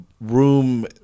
room